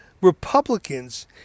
Republicans